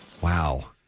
Wow